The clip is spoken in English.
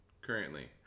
currently